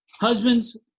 Husbands